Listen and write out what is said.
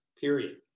period